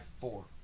four